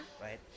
right